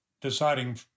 deciding